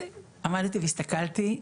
עמדתי והסתכלתי,